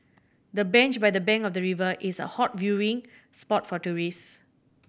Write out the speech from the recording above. the bench by the bank of the river is a hot viewing spot for tourists